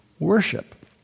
worship